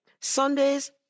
Sundays